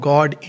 God